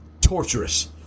torturous